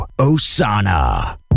Osana